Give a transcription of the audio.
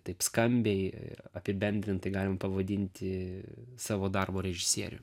taip skambiai ir apibendrintai galim pavadinti savo darbo režisieriumi